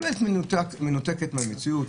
מנותקת מהמציאות.